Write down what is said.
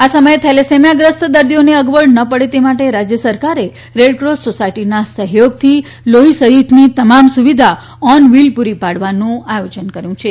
આ સમયે થેલેસેમિયા ગ્રસ્ત દર્દીઓને અગવડ ન પડે તે માટે રાજ્ય સરકારે રેડ ક્રોસ સોસાયટીના સહયોગથી લોઠી સહિતની તમામ સુવિધા ઓન વ્હીલ પુરી પાડવાનું આયોજન કર્યુ છે